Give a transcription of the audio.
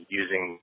using